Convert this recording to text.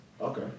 Okay